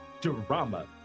Drama